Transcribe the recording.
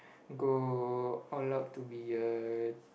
go all out to be a